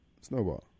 snowball